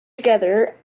together